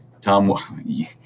Tom